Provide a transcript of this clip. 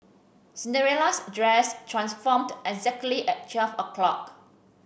Cinderella's dress transformed exactly at twelve o' clock